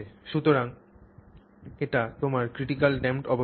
সুতরাং এটি তোমার ক্রিটিকালি ড্যাম্পড অবস্থা